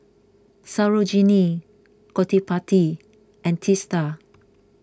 Sarojini Gottipati and Teesta